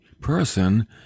person